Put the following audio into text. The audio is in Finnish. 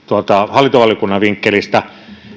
hallintovaliokunnan vinkkelistä